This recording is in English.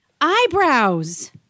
Eyebrows